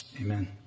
Amen